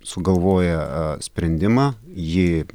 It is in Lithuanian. sugalvoja a sprendimą jį